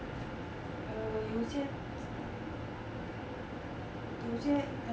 err 有些有些